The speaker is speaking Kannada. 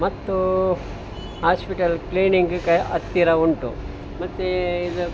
ಮತ್ತು ಆಸ್ಪಿಟಲ್ ಕ್ಲೀನಿಂಕ್ಕಿಗೆ ಹತ್ತಿರ ಉಂಟು ಮತ್ತು ಇದು